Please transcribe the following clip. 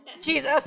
Jesus